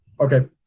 Okay